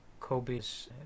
Kobes